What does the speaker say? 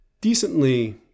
decently